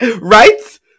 Right